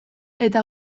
eta